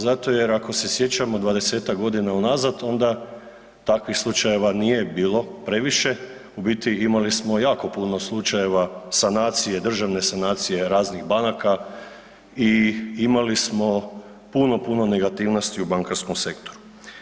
Zato jer ako se sjećamo dvadesetak godina unazad onda takvih slučajeva nije bilo previše u biti imali smo jako puno slučajeva sanacije, državne sanacije raznih banaka i imali smo puno, puno negativnosti u bankarskom sektoru.